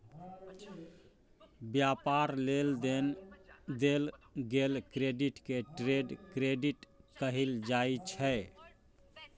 व्यापार लेल देल गेल क्रेडिट के ट्रेड क्रेडिट कहल जाइ छै